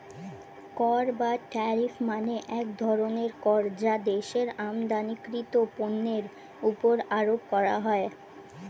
কর বা ট্যারিফ মানে এক ধরনের কর যা দেশের আমদানিকৃত পণ্যের উপর আরোপ করা হয়